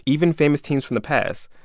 even famous teams from the past,